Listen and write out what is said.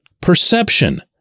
perception